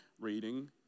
reading